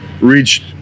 reached